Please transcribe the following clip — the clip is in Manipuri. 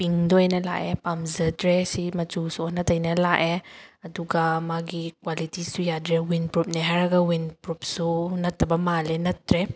ꯄꯤꯡꯗ ꯑꯣꯏꯅ ꯂꯥꯛꯑꯦ ꯄꯥꯝꯖꯗ꯭ꯔꯦ ꯁꯤ ꯃꯆꯨꯁꯨ ꯑꯣꯟꯅ ꯇꯩꯅ ꯂꯥꯛꯑꯦ ꯑꯗꯨꯒ ꯃꯥꯒꯤ ꯀ꯭ꯋꯥꯂꯤꯇꯤꯁꯨ ꯌꯥꯗ꯭ꯔꯦ ꯋꯤꯟꯄ꯭ꯔꯨꯞꯅꯦ ꯍꯥꯏꯔꯒ ꯋꯤꯟꯄ꯭ꯔꯨꯞꯁꯨ ꯅꯠꯇꯕ ꯃꯥꯜꯂꯦ ꯅꯠꯇ꯭ꯔꯦ